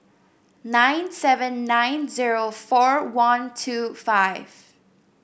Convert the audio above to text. nine seven nine zero four one two five